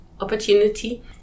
opportunity